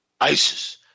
ISIS